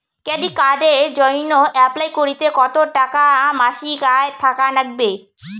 Credit কার্ডের জইন্যে apply করিতে কতো টাকা মাসিক আয় থাকা নাগবে?